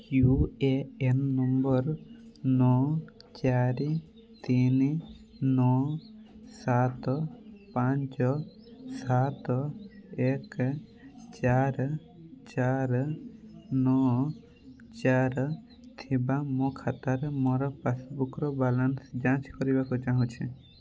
you A N number ନଅ ଚାରି ତିନି ନଅ ସାତ ପାଞ୍ଚ ସାତ ଏକ୍ ଚାରି ଚାରି ନଅ ଚାରି ଥିବା ମୋ ଖାତାରେ ମୋର ପାସ୍ବୁକ୍ର ବାଲାନ୍ସ ଯାଞ୍ଚ କରିବାକୁ ଚାହୁଁଛି